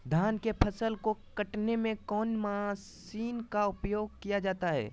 धान के फसल को कटने में कौन माशिन का उपयोग किया जाता है?